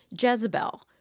Jezebel